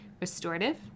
restorative